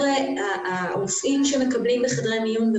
הרופאים שמקבלים בחדרי מיון,